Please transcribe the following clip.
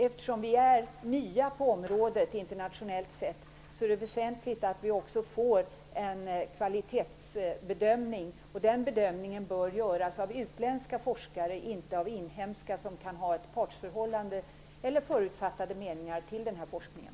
Eftersom vi är nya på området internationellt sett, är det väsentligt att vi också får en kvalitetsbedömning. Den bedömningen bör göras av utländska forskare, inte av inhemska som kan ha ett partsförhållande eller förutfattade meningar till den här forskningen.